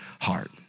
heart